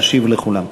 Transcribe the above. להשיב לכולם.